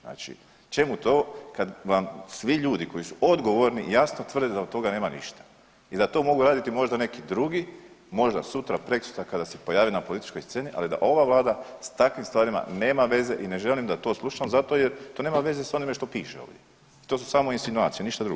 Znači čemu to kad vam svi ljudi koji su odgovorni jasno tvrde da od toga nema ništa i da to mogu raditi možda neki drugi, možda sutra, prekosutra kada se pojave na političkoj sceni, ali da ova Vlada s takvim stvarima nema veze i ne želim da to slušam zato jer to nema veze s onime što piše ovdje i to su samo insinuacije, ništa drugo.